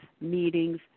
meetings